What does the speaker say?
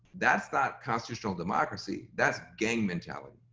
that's not constitutional democracy, that's gang mentality,